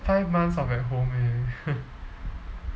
five months I'm at home eh